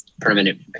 permanent